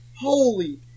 Holy